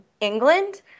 England